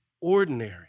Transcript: ordinary